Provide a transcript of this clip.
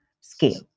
scale